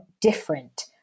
different